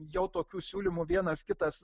jau tokių siūlymų vienas kitas